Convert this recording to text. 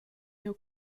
jeu